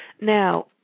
Now